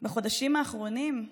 בחודשים האחרונים,